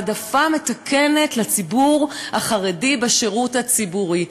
העדפה מתקנת לציבור החרדי בשירות הציבורי.